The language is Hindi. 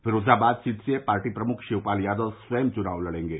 फिरोजाबाद सीट से पार्टी प्रमुख शिवपाल यादव स्वयं चुनाव लड़ेंगे